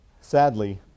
Sadly